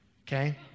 okay